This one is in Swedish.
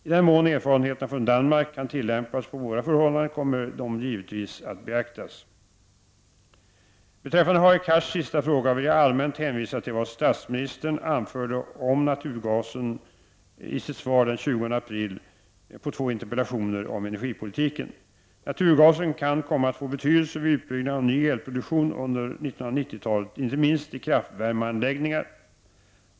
I den mån erfarenheterna från Danmark kan tillämpas på våra förhållanden kommer de givetvis att beaktas. Beträffande Hadar Cars sista fråga vill jag allmänt hänvisa till vad statsmi nistern anförde om naturgas i sitt svar den 20 april på två interpellationer om energipolitiken. Naturgasen kan komma att få betydelse vid utbyggnaden av ny elproduktion under 1990-talet, inte minst i kraftvärmeanläggningar.